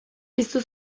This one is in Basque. piztu